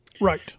Right